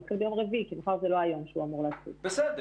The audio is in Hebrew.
הוא מתחיל ביום רביעי כי מחר זה לא היום שהוא אמור להתחיל,